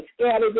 scattered